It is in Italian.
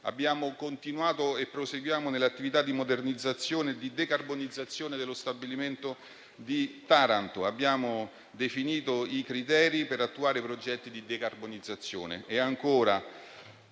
abbiamo continuato e proseguiamo nell'attività di modernizzazione e decarbonizzazione dello stabilimento di Taranto; abbiamo definito i criteri per attuare i progetti di decarbonizzazione.